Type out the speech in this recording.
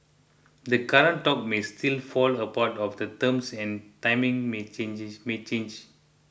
the current talks may still fall apart or the terms and timing may changes may change